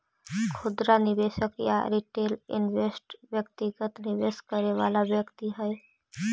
खुदरा निवेशक या रिटेल इन्वेस्टर व्यक्तिगत निवेश करे वाला व्यक्ति हइ